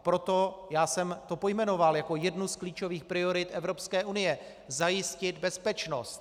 Proto jsem pojmenoval jako jednu z klíčových priorit Evropské unie zajistit bezpečnost.